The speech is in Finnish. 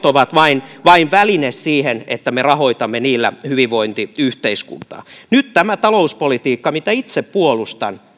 ovat vain vain väline siihen että me rahoitamme niillä hyvinvointiyhteiskuntaa nyt tämä talouspolitiikka mitä itse puolustan